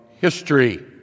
history